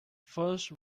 first